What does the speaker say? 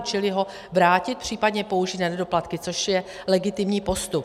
Čili ho vrátit, případně použít na nedoplatky, což je legitimní postup.